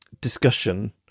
discussion